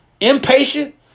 Impatient